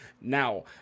now